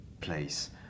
place